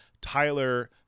Tyler